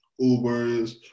Ubers